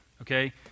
Okay